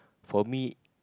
for me